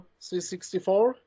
c64